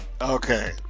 Okay